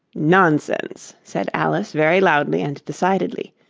nonsense! said alice, very loudly and decidedly,